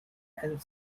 and